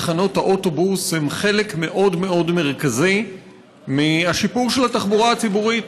תחנות האוטובוס הן חלק מאוד מאוד מרכזי מהשיפור של התחבורה הציבורית.